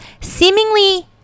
seemingly